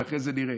ואחרי זה נראה.